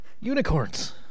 unicorns